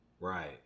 Right